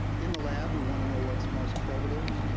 in the lab we want to know what's most probative,